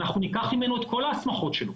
אנחנו ניקח ממנו את כל ההסמכות שלו,